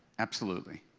absolutely.